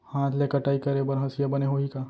हाथ ले कटाई करे बर हसिया बने होही का?